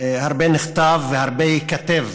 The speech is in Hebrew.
הרבה נכתב והרבה ייכתב